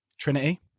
Trinity